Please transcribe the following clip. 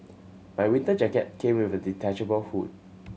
my winter jacket came with a detachable hood